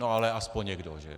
Ale aspoň někdo, že?